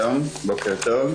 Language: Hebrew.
שלום, בוקר טוב.